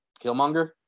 Killmonger